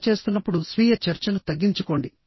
ఇలా చేస్తున్నప్పుడు స్వీయ చర్చను తగ్గించుకోండి